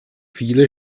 viele